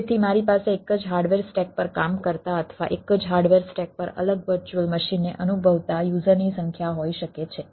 તેથી મારી પાસે એક જ હાર્ડવેર સ્ટેક પર કામ કરતા અથવા એક જ હાર્ડવેર સ્ટેક પર અલગ વર્ચ્યુઅલ મશીનને અનુભવતા યુઝરની સંખ્યા હોઈ શકે છે